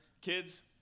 kids